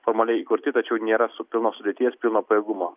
formaliai įkurti tačiau nėra su pilnos sudėties pilno pajėgumo